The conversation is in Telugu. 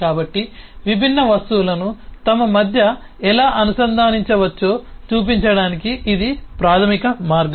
కాబట్టి విభిన్న వస్తువులను తమ మధ్య ఎలా అనుసంధానించవచ్చో చూపించడానికి ఇది ప్రాథమిక మార్గం